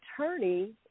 attorney